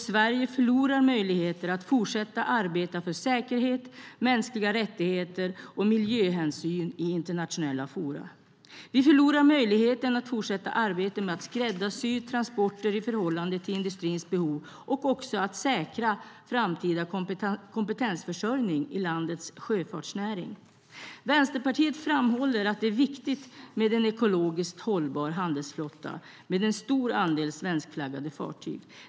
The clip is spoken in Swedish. Sverige förlorar möjligheter att fortsätta arbeta för säkerhet, mänskliga rättigheter och miljöhänsyn i internationella forum. Vi förlorar möjligheten att fortsätta arbetet med att skräddarsy transporter i förhållande till industrins behov och att säkra framtida kompetensförsörjning i landets sjöfartsnäring. Vänsterpartiet framhåller att det är viktigt med en ekologiskt hållbar handelsflotta med en stor andel svenskflaggade fartyg.